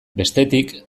bestetik